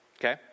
Okay